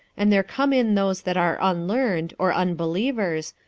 and there come in those that are unlearned, or unbelievers,